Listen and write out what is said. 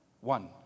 One